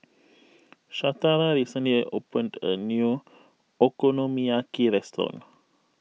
Shatara recently opened a new Okonomiyaki restaurant